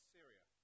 Syria